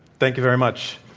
thank you very much.